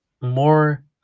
more